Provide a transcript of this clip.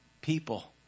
people